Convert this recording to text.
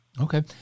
Okay